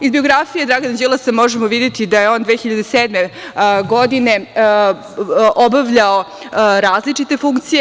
Iz biografije Dragana Đilasa možemo videti da je on 2007. godine obavljao različite funkcije.